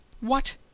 What